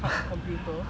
computer